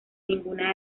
ninguna